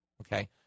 Okay